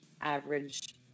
average